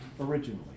originally